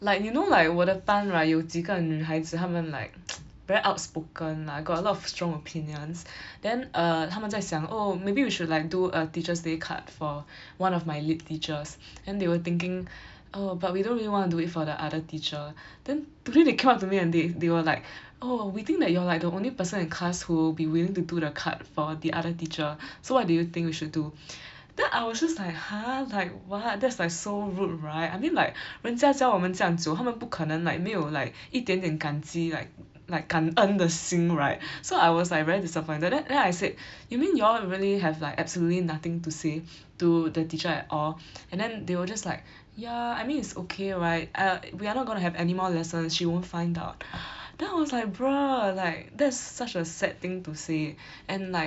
like you know like 我的班 right 有几个女孩子她们 like very outspoken mah got a lot of strong opinions then err 她们在想 oh maybe we should like do a teacher's day card for one of my lit teachers then they were thinking err but we don't really want to do it for the other teacher then today they come up to me and they they were like oh we think that you're like the only person in class who would be willing to do the card for the other teacher so what do you think we should do then I was just like !huh! like what that's like so rude right I mean like 人家教我们这样久她们不可能 like 没有 like 一点点感激 like like 感恩的心 right so I was like very disappointed then then I said you mean y'all really have like absolutely nothing to say to the teacher at all and then they were just like ya I mean it's okay right I err we are not gonna have anymore lessons she won't find out then I was like bro like that's such a sad thing to say and like